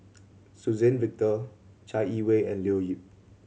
Suzann Victor Chai Yee Wei and Leo Yip